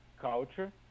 culture